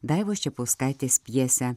daivos čepauskaitės pjesę